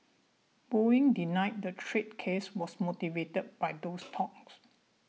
Boeing denied the trade case was motivated by those talks